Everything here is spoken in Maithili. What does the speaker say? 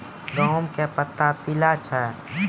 गेहूँ के पत्ता पीला छै?